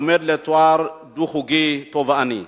לומד לתואר דו-חוגי תובעני.